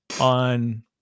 on